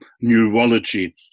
neurology